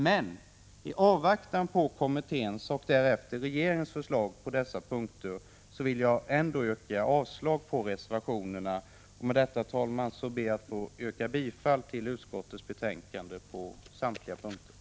Men i avvaktan på kommitténs och regeringens förslag på dessa punkter yrkar jag avslag på reservationerna. Med detta, herr talman, ber jag att få yrka bifall till utskottets hemställan på samtliga punkter.